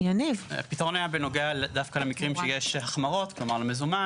הפתרון היה דווקא בנוגע למקרים שיש החמרות למזומן